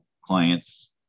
client's